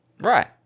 Right